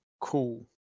cool